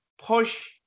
push